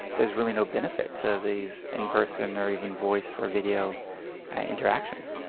there's really no benefit to these in person or even voice or video interactions.